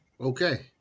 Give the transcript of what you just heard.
Okay